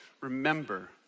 remember